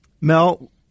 Mel